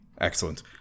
Excellent